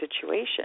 situation